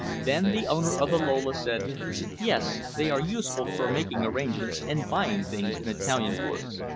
then the owner of the lola said yes, they are useful for making arrangements and buying things in italian ports.